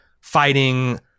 fighting